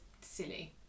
silly